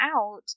out